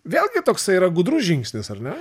vėlgi toksai yra gudrus žingsnis ar ne